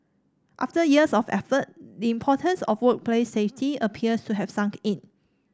after years of effort the importance of workplace safety appears to have sunk in